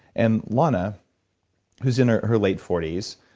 and lanna who's in her late forty s,